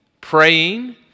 praying